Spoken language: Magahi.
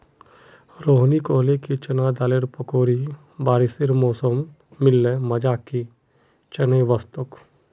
रोहिनी कहले कि चना दालेर पकौड़ी बारिशेर मौसमत मिल ल मजा कि चनई वस तोक